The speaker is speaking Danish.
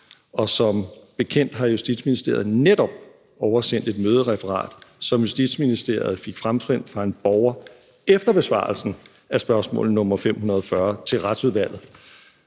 og som bekendt har Justitsministeriet netop oversendt et mødereferat, som Justitsministeriet fik fremsendt fra en borger efter besvarelsen af spørgsmål nr. 540 til Retsudvalget.